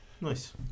Nice